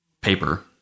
paper